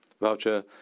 Voucher